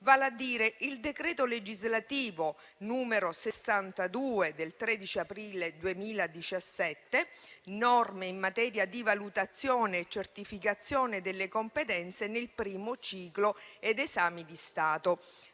vale a dire il decreto legislativo n. 62 del 13 aprile 2017, recante norme in materia di valutazione e certificazione delle competenze nel primo ciclo ed esami di Stato,